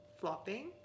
flopping